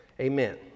Amen